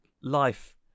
life